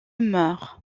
meurt